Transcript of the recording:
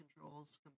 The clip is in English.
controls